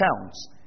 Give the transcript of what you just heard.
counts